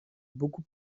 beaucoup